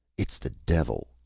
it's the devil,